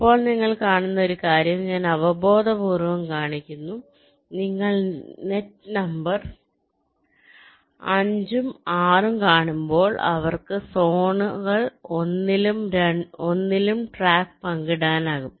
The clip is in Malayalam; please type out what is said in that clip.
ഇപ്പോൾ നിങ്ങൾ കാണുന്ന ഒരു കാര്യം ഞാൻ അവബോധപൂർവ്വം കാണിക്കുന്നു നിങ്ങൾ നെറ്റ് നമ്പർ 5 ഉം 6 ഉം കാണുമ്പോൾ അവർക്ക് സോണുകൾ 1 ലും 1 ലും ട്രാക്ക് പങ്കിടാനാകും